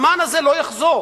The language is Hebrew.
הזמן הזה לא יחזור.